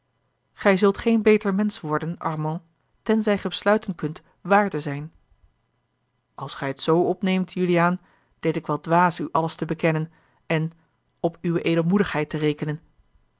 gij zult geen beter mensch worden armand tenzij gij besluiten kunt wààr te zijn als gij het z opneemt juliaan deed ik wel dwaas u alles te bekennen en op uwe edelmoedigheid te rekenen